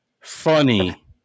funny